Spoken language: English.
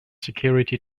security